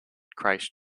christ